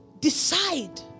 decide